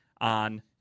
on